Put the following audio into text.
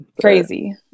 crazy